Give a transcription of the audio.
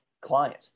client